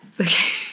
okay